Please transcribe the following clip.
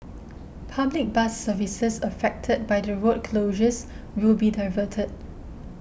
public bus services affected by the road closures will be diverted